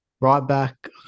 Right-back